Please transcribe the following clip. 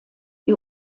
die